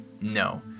No